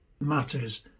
matters